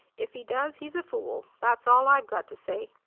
if he does, he's a fool that's all i've got to say.